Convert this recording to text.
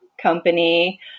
company